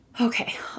okay